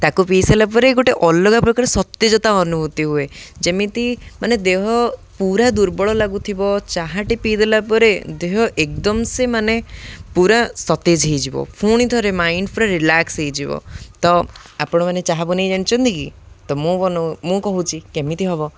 ତାକୁ ପିଇ ସାରିଲା ପରେ ଗୋଟେ ଅଲଗା ପ୍ରକାର ସତେଜତା ଅନୁଭୂତି ହୁଏ ଯେମିତି ମାନେ ଦେହ ପୁରା ଦୁର୍ବଳ ଲାଗୁଥିବ ଚାହାଟେ ପିଇଦେଲା ପରେ ଦେହ ଏକଦମ ସେ ମାନେ ପୁରା ସତେଜ ହେଇଯିବ ପୁଣି ଥରେ ମାଇଣ୍ଡ ପୁରା ରିଲାକ୍ସ ହେଇଯିବ ତ ଆପଣ ମାନେ ଚାହା ବନାଇ ଜାଣିନ୍ତି କି ତ ମୁଁ ମୁଁ କହୁଛି କେମିତି ହବ